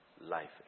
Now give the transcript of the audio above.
life